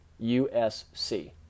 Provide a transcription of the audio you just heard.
USC